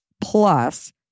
plus